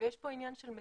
יש פה עניין של מדיניות.